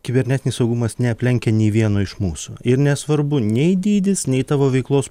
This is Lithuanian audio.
kibernetinis saugumas neaplenkia nei vieno iš mūsų ir nesvarbu nei dydis nei tavo veiklos